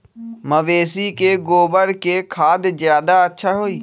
मवेसी के गोबर के खाद ज्यादा अच्छा होई?